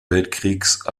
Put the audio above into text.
weltkriegs